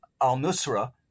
al-Nusra